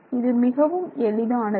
இது மிகவும் எளிதானது